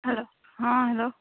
hello हँ hello